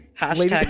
hashtag